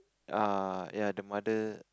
err ya the mother